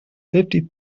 fifty